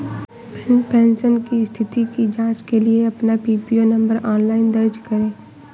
pension की स्थिति की जांच के लिए अपना पीपीओ नंबर ऑनलाइन दर्ज करें